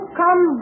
come